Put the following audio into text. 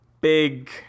big